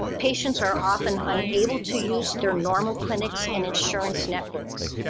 patients are often unable to use their normal clinics and insurance networks,